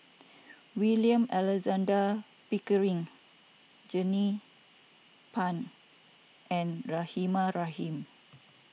William Alexander Pickering Jernnine Pang and Rahimah Rahim